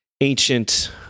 ancient